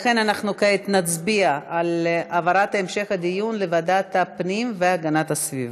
לכן אנחנו נצביע על העברת המשך הדיון לוועדת הפנים והגנת הסביבה.